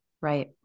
Right